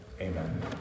amen